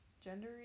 gender